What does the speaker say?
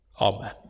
Amen